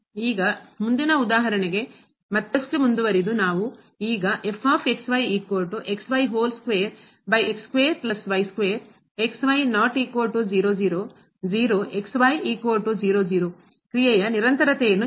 ಈಗ ಮುಂದಿನ ಉದಾಹರಣೆಗೆ ಮತ್ತಷ್ಟು ಮುಂದುವರೆದು ನಾವು ಈಗ ಕ್ರಿಯೆಯ ನಿರಂತರತೆಯನ್ನು ಚರ್ಚಿಸುತ್ತೇವೆ